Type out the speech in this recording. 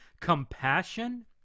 compassion